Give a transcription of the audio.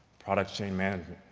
product chain management,